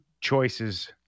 choices